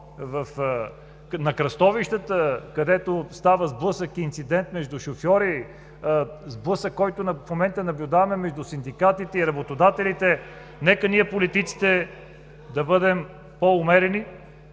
на кръстовищата, където става сблъсък и инцидент между шофьори, сблъсък, който в момента наблюдаваме между синдикатите и работодателите, нека ние политиците да бъдем по-умерени,